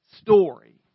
story